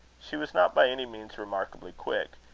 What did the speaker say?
she was not by any means remarkably quick,